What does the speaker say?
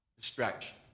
distraction